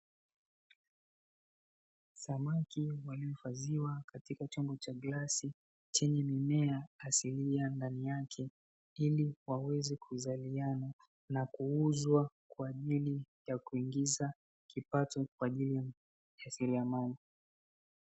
Samaki waliohifadhiwa katika chombo cha glasi chenye mimea asilia ndani yake ili waweze kuzaliana, na kuuzwa kwa ajili ya kuingiza kipato kwa ajili ya mjasiriamali.